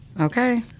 Okay